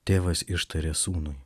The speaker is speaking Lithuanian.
tėvas ištarė sūnui